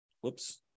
whoops